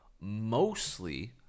mostly